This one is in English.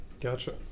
Gotcha